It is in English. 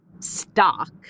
stock